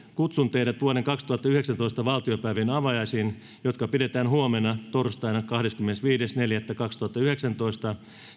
kutsun teidät vuoden kaksituhattayhdeksäntoista valtiopäivien avajaisiin jotka pidetään huomenna torstaina kahdeskymmenesviides neljättä kaksituhattayhdeksäntoista